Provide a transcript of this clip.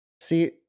See